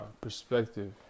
perspective